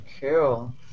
Cool